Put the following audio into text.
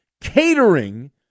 catering